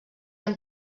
amb